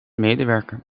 medewerker